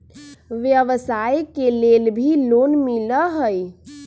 व्यवसाय के लेल भी लोन मिलहई?